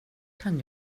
kan